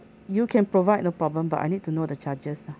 you can provide no problem but I need to know the charges ah